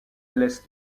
laisse